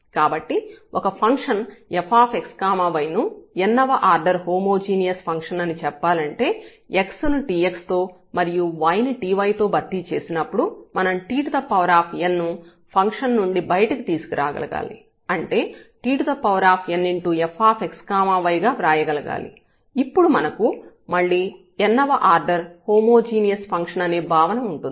కాబట్టి ఒక function fx y ను n వ ఆర్డర్ హోమో జీనియస్ ఫంక్షన్ అని చెప్పాలంటే x ను tx తో మరియు y ని ty తో భర్తీ చేసినప్పుడు మనం tn ను ఫంక్షన్ నుండి బయటకు తీసుకురాగలగాలి అంటే tn fx y గా వ్రాయగలగాలి అప్పుడు మనకు మళ్లీ n వ ఆర్డర్ హోమోజీనియస్ ఫంక్షన్ అనే భావన ఉంటుంది